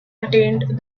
attained